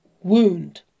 wound